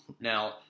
Now